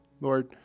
Lord